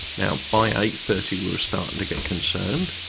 now by eight. thirty we were starting to get concerned,